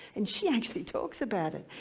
and she actually talks about it.